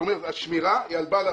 כלומר השמירה היא על בעל הרכב.